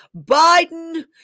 Biden